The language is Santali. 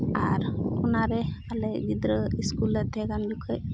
ᱟᱨ ᱚᱱᱟᱨᱮ ᱟᱞᱮ ᱜᱤᱫᱽᱨᱟᱹ ᱥᱠᱩᱞ ᱞᱮ ᱛᱟᱦᱮᱸ ᱠᱟᱱ ᱡᱚᱠᱷᱚᱡ